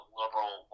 liberal